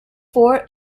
four